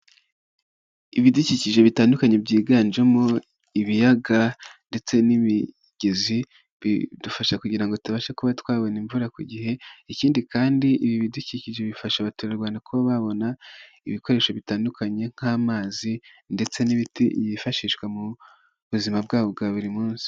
Ibidukikije bitandukanye byiganjemo ibiyaga ndetse n'imigezi, bidufasha kugirango tubashe kuba twabona imvura ku gihe, ikindi kandi ibi bidukikije bifasha Abaturarwanda kuba babona ibikoresho bitandukanye nk'amazi, ndetse n'imiti yifashishwa mu buzima bwabo bwa buri munsi.